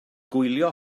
gwylio